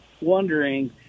wondering